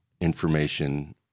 information